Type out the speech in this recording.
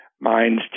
Mines